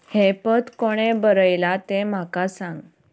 हें पद कोणें बरयलां तें म्हाका सांग